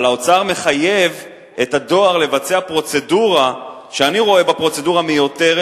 אבל האוצר מחייב את הדואר לבצע פרוצדורה שאני רואה בה פרוצדורה מיותרת,